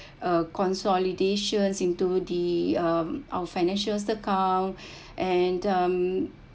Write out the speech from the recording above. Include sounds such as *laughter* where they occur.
uh consolidations into the um our financial account *breath* and um